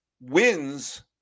wins